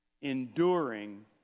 enduring